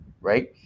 right